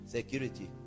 Security